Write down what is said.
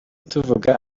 tuvuga